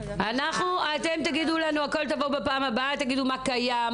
אתם תגידו בפעם הבאה מה קיים,